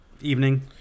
Evening